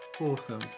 Awesome